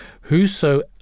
whoso